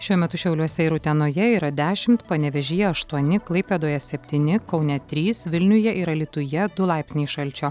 šiuo metu šiauliuose ir utenoje yra dešimt panevėžyje aštuoni klaipėdoje septyni kaune trys vilniuje ir alytuje du laipsniai šalčio